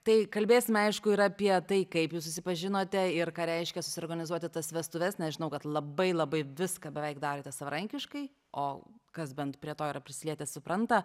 tai kalbėsime aišku ir apie tai kaip jūs susipažinote ir ką reiškia susiorganizuoti tas vestuves nes žinau kad labai labai viską beveik darote savarankiškai o kas bent prie to yra prisilietęs supranta